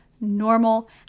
normal